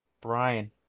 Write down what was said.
Brian